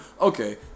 okay